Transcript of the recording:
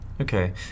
Okay